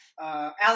Alex